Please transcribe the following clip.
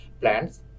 plants